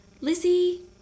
lizzie